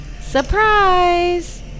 Surprise